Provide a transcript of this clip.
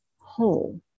whole